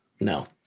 No